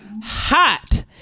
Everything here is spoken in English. hot